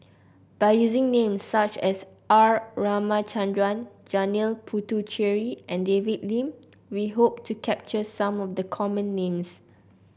by using names such as R Ramachandran Janil Puthucheary and David Lim we hope to capture some of the common names